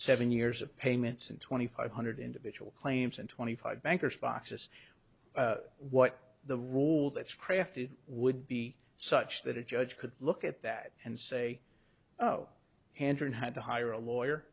seven years of payments and twenty five hundred individual claims and twenty five banker's boxes what the rule that's crafted would be such that a judge could look at that and say oh andren had to hire a lawyer